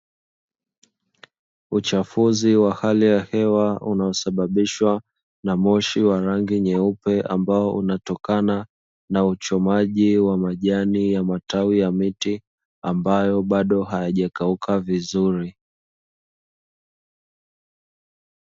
Uchafuzi wa hali ya hewa unaosababishwa na moshi wa rangi nyeupe, ambao unatokana na uchomaji wa majani ya matawi ya miti ambayo bado hayajakauka vizuri.